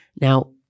Now